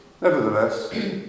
Nevertheless